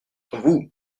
vous